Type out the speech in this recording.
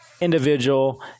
individual